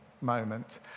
moment